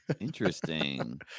interesting